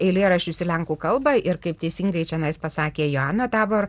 eilėraščius į lenkų kalbą ir kaip teisingai čionais pasakė joana tabor